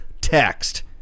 text